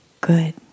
good